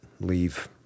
leave